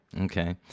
Okay